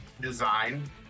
design